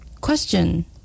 Question